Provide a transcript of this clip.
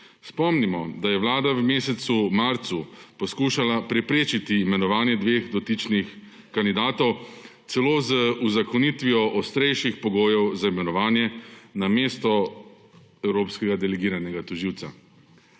Spomnimo, da je Vlada v mesecu marcu poskušala preprečiti imenovanje dveh dotičnih kandidatov celo z uzakonitvijo ostrejših pogojev za imenovanje na mesto evropskega delegiranega tožilca.